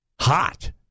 hot